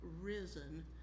risen